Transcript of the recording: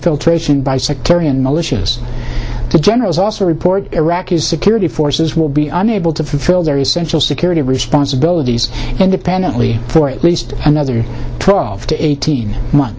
filtration by sectarian militias the generals also report iraqi security forces will be unable to fulfill their essential security responsibilities independently for at least another twelve to eighteen months